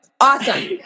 Awesome